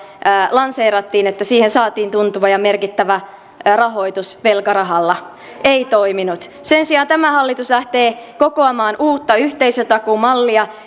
lanseerattiin että siihen saatiin tuntuva ja merkittävä rahoitus velkarahalla ei toiminut sen sijaan tämä hallitus lähtee kokoamaan uutta yhteisötakuumallia